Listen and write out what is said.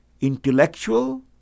intellectual